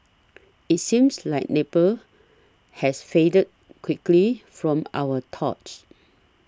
it seems like Nepal has faded quickly from our thoughts